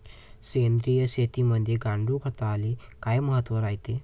सेंद्रिय शेतीमंदी गांडूळखताले काय महत्त्व रायते?